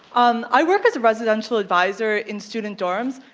um i work as a residential advisor in student dorms,